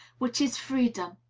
which is freedom.